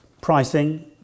Pricing